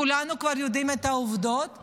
כולנו כבר יודעים את העובדות,